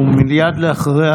ומייד אחריה,